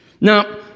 Now